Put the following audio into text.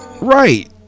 right